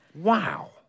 Wow